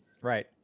Right